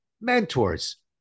Mentors